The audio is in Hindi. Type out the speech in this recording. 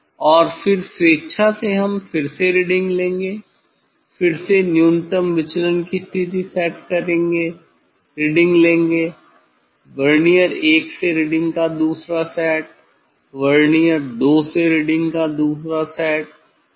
और फिर स्वेच्छा से हम फिर से रीडिंग लेंगे फिर से न्यूनतम विचलन की स्थिति सेट करें रीडिंग लें वर्नियर 1 से रीडिंग का दूसरा सेट वर्नियर 2 से रीडिंग का दूसरा सेट ठीक है